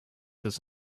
this